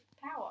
power